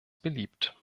beliebt